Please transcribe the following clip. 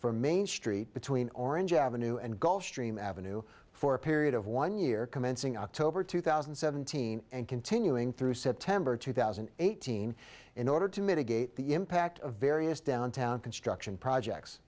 for main street between orange avenue and gulf stream avenue for a period of one year commencing october two thousand and seventeen and continuing through september two thousand and eighteen in order to mitigate the impact of various downtown construction projects